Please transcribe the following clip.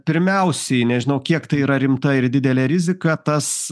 pirmiausiai nežinau kiek tai yra rimta ir didelė rizika tas